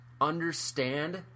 understand